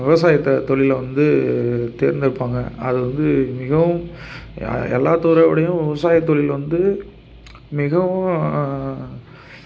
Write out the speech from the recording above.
விவசாயத்தை தொழில வந்து தேர்ந்தெடுப்பாங்க அது வந்து மிகவும் எ எல்லாத் தொழிலோடையும் விவசாய தொழில் வந்து மிகவும்